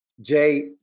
Jay